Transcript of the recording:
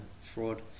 fraud